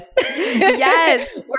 Yes